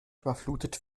überflutet